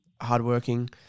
Hardworking